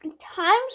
times